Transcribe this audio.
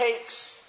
takes